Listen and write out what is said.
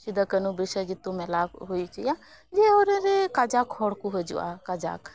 ᱥᱤᱫᱟᱹᱼᱠᱟᱹᱱᱦᱩ ᱵᱤᱨᱥᱟᱹ ᱡᱤᱛᱩ ᱢᱮᱞᱟ ᱠᱚ ᱦᱩᱭᱚᱪᱚᱭᱟ ᱡᱮ ᱚᱱᱟᱨᱮ ᱠᱟᱡᱟᱠ ᱦᱚᱲᱠᱩ ᱦᱟᱹᱡᱩᱜᱼᱟ ᱠᱟᱡᱟᱠ